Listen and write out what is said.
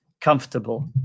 comfortable